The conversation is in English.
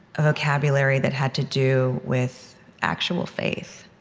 a vocabulary that had to do with actual faith,